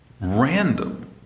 random